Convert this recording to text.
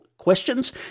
questions